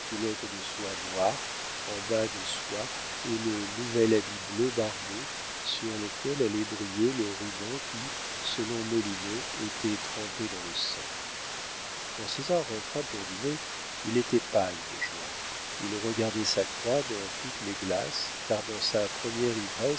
de soie noire en bas de soie et le nouvel habit bleu barbeau sur lequel allait briller le ruban qui selon molineux était trempé dans le sang quand césar rentra pour dîner il était pâle de joie il regardait sa croix dans toutes les glaces car dans sa première